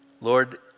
Lord